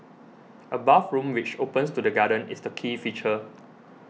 a bathroom which opens to the garden is the key feature